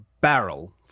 barrel